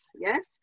yes